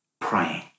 praying